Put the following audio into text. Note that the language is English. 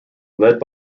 led